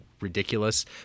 ridiculous